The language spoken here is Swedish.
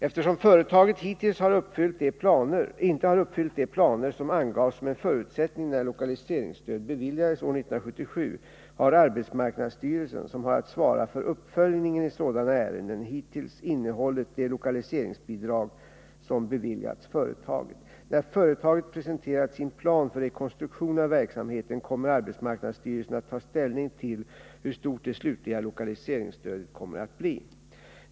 Eftersom företaget hittills inte har uppfyllt de planer som angavs som en förutsättning när lokaliseringsstöd beviljades år 1977, har arbetsmarknadsstyrelsen, som har att svara för uppföljningen i sådana ärenden, hittills innehållit det lokaliseringsbidrag som beviljats företaget. När företaget presenterat sin plan för rekonstruktion av verksamheten kommer arbetsmarknadsstyrelsen att ta ställning till hur stort det slutliga lokaliseringsstödet kommer att bli.